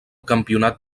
campionat